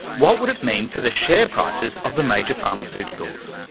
what would it mean for the share prices of the major pharmaceuticals?